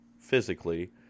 physically